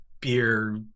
beer